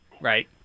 Right